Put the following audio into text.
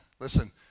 Listen